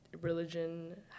religion